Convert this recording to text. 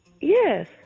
Yes